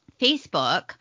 Facebook